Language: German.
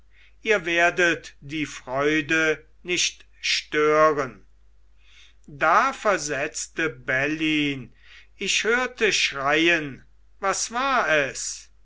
ihr werdet die freude nicht stören da versetzte bellyn ich hörte schreien was war es